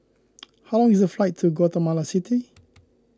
how long is the flight to Guatemala City